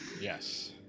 Yes